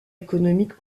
économiques